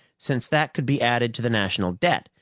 since that could be added to the national debt,